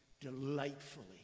delightfully